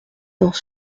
dans